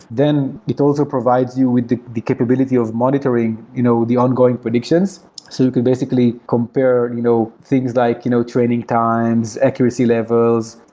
then it also provides you with the the capability of monitoring you know the ongoing predictions so you can basically compare you know things like you know training times, accuracy levels,